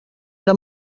era